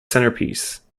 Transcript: centerpiece